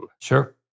Sure